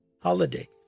holiday